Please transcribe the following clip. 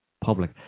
public